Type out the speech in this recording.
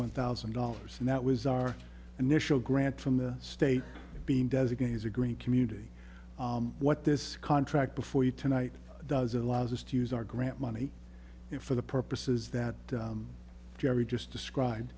one thousand dollars and that was our initial grant from the state being designated as a green community what this contract before you tonight does allows us to use our grant money for the purposes that jerry just described